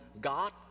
God